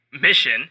Mission